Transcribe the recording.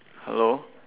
hello